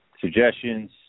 suggestions